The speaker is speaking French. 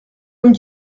comme